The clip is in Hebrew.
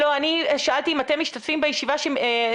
אני מודה לכל מי שנמצא פה על הקו ויודעת